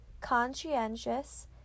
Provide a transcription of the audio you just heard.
conscientious